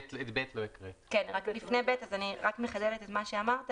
שאני אקריא את (ב) אני רוצה לחדד את מה שאיתי אמר.